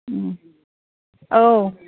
औ